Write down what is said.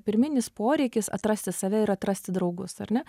pirminis poreikis atrasti save ir atrasti draugus ar ne